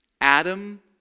Adam